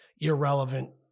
irrelevant